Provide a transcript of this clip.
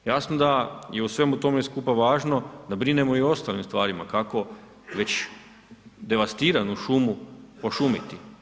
Jasno da je u svemu tome skupa važno da brinemo i o ostalim stvarima, kako već devastiranu šumu pošumiti.